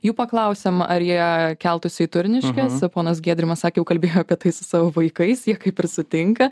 jų paklausėm ar jie keltųsi į turniškes ponas gedrimas sakė jau kalbėjo apie tai su savo vaikais jie kaip ir sutinka